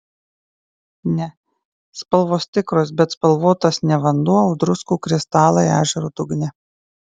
ne spalvos tikros bet spalvotas ne vanduo o druskų kristalai ežero dugne